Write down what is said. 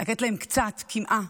לתת להם קצת, קמעה.